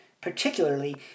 particularly